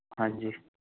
ਹਾਂਜੀ